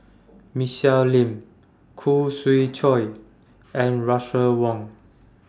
Michelle Lim Khoo Swee Chiow and Russel Wong